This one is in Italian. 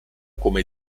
come